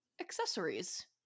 accessories